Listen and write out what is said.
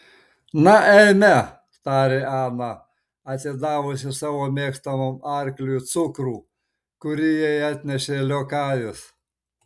na eime tarė ana atidavusi savo mėgstamam arkliui cukrų kurį jai atnešė liokajus